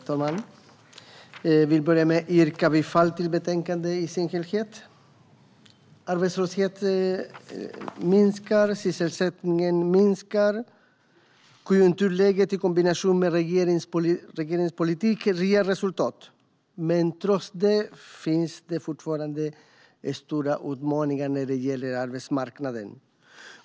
Herr talman! Jag vill börja med att yrka bifall till utskottets förslag i betänkandet i dess helhet. Arbetslösheten minskar, och sysselsättningen ökar. Konjunkturläget i kombination med regeringens politik ger resultat. Trots det finns det fortfarande stora utmaningar när det gäller arbetsmarknaden.